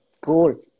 Cool